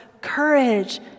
courage